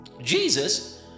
Jesus